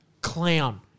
clown